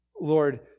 Lord